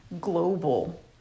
global